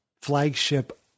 flagship